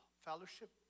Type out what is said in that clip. fellowship